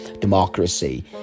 democracy